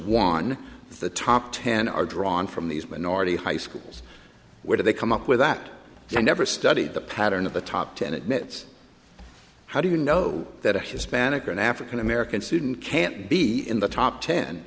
won the top ten are drawn from these minority high schools where do they come up with that i never studied the pattern of the top ten admits how do you know that a hispanic or an african american student can't be in the top ten